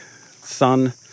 sun